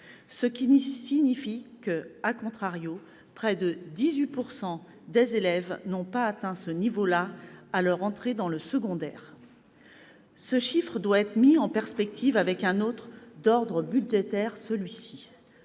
Ce qui signifie,, que près de 18 % des élèves n'ont pas atteint ce niveau à leur entrée dans le secondaire. Ce chiffre doit être mis en perspective avec un autre, d'ordre budgétaire : le